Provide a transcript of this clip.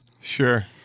Sure